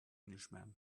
englishman